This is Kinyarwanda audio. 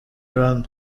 rwanda